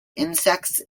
insects